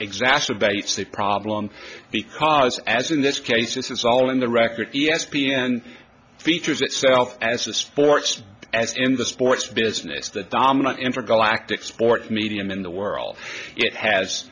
exacerbates the problem because as in this case this is all in the record e s p n features itself as a sports as in the sports business the dominant intergalactic sport medium in the world it has